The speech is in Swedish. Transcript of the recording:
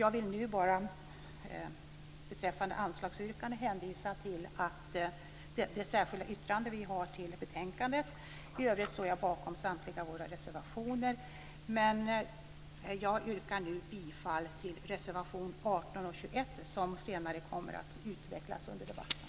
Jag vill nu beträffande anslagsyrkandena hänvisa till det särskilda yttrande som vi har i betänkandet. I övrigt står jag bakom samtliga våra reservationer, men jag yrkar bifall till reservationerna 18 och 21 som kommer att utvecklas senare under debatten.